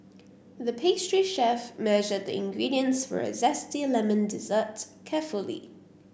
the pastry chef measured the ingredients for a zesty lemon dessert carefully